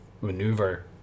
maneuver